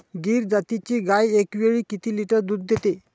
गीर जातीची गाय एकावेळी किती लिटर दूध देते?